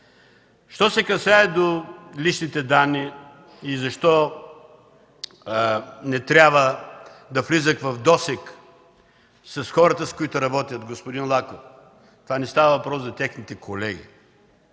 Що се касае до личните данни и защо не трябва да влизат в досег с хората, с които работят, господин Лаков, не става въпрос за техните колеги,